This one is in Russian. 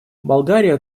болгария